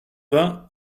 vingt